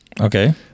Okay